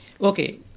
Okay